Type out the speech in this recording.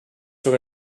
sur